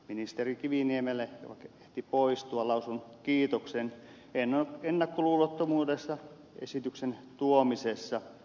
ministeri kiviniemelle joka kiirehti pois lausun kiitoksen ennakkoluulottomuudesta esityksen tuomisessa